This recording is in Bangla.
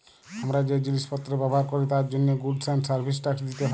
হামরা যে জিলিস পত্র ব্যবহার ক্যরি তার জন্হে গুডস এন্ড সার্ভিস ট্যাক্স দিতে হ্যয়